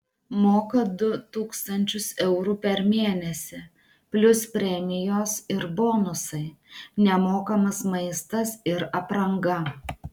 moka du tūkstančius eurų per mėnesį plius premijos ir bonusai nemokamas maistas ir apranga